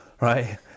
Right